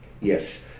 yes